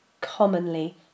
commonly